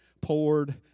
poured